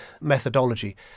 methodology